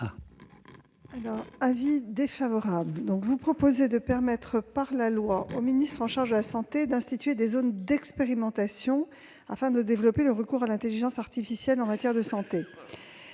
l'avis du Gouvernement ? Il s'agit de permettre par la loi au ministre chargé de la santé d'instituer des zones d'expérimentation, afin de développer le recours à l'intelligence artificielle en matière de santé.